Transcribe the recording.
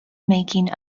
making